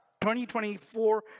2024